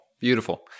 beautiful